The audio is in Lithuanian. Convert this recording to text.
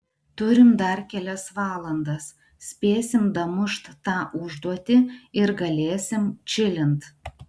turim dar kelias valandas spėsim damušt tą užduotį ir galėsim čilint